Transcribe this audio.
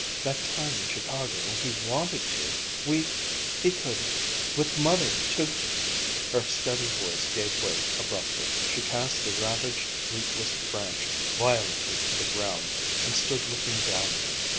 that time in chicago when he wanted to we he could with mother to her steady voice gave way abruptly. she cast the ravaged, leafless branch violently to the ground and stood looking down at it.